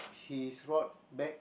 his rod back